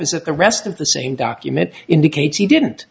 is that the rest of the same document indicates he didn't